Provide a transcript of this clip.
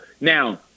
Now